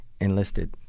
enlisted